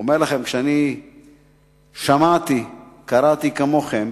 אני אומר לכם שכשמעתי וקראתי כמוכם